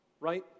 right